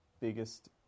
biggest